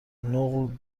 نقل